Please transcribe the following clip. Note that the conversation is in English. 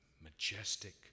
majestic